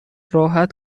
راحت